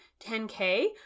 10K